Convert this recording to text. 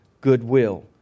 goodwill